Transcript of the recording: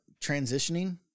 transitioning